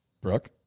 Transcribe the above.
brooke